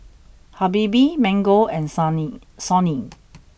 Habibie Mango and Sony